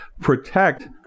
protect